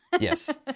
Yes